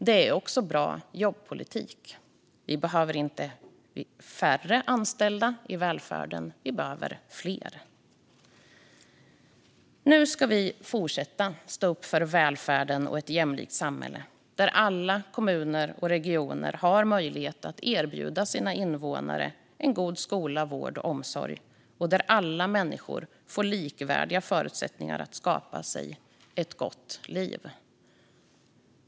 Det är också bra jobbpolitik. Det behövs inte färre anställda i välfärden. Det behövs fler. Nu ska vi fortsätta stå upp för välfärden och ett jämlikt samhälle där alla kommuner och regioner har möjlighet att erbjuda sina invånare en god skola, vård och omsorg och där alla människor får likvärdiga förutsättningar att skapa sig ett gott liv.